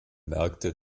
merkte